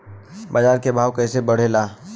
बाजार के भाव कैसे बढ़े ला?